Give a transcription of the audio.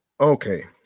Okay